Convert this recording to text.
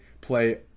play